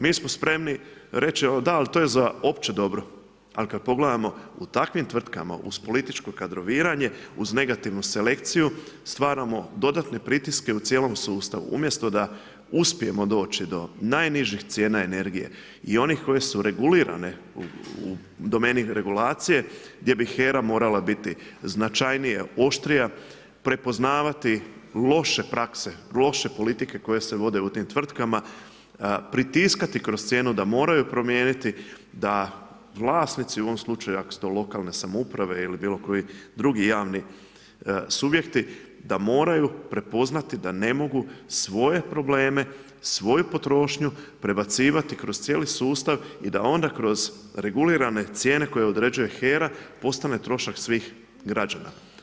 Mi smo spremni reći, da ali to je za opće dobro, ali kad pogledamo u takvim tvrtkama uz političko kadroviranje, uz negativnu selekciju stvaramo dodatne pritiske u cijelom sustavu, umjesto da uspijemo doći do najnižih cijena energije i onih koje su regulirane u domeni regulacije gdje bi HERA morala biti značajnija, oštrija, prepoznavati loše prakse, loše politike koje se vode u tim tvrtkama, pritiskati kroz cijenu da moraju promijeniti, da vlasnici u tom slučaju, ako su to lokalne samouprave ili bilo koji drugi javni subjekti, da moraju prepoznati da nemaju svoje probleme, svoju potrošnju, prebacivati kroz cijeli sustav i da onda kroz regulirane cijene koje određuje HERA postane trošak svih građana.